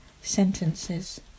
sentences